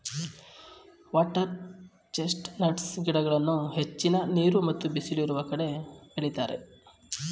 water chestnuts ಗಿಡಗಳನ್ನು ಹೆಚ್ಚಿನ ನೀರು ಮತ್ತು ಬಿಸಿಲು ಇರುವ ಕಡೆ ಬೆಳಿತರೆ